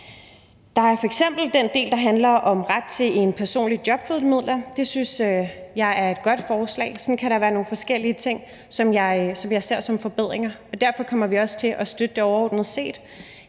Der er f.eks. den del, der handler om ret til en personlig jobformidler. Det synes jeg er et godt forslag. Sådan kan der være nogle forskellige ting, som jeg ser som forbedringer. Og derfor kommer vi også til at støtte det overordnet set.